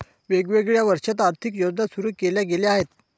वेगवेगळ्या वर्षांत आर्थिक योजना सुरू केल्या गेल्या आहेत